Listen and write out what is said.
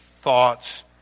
thoughts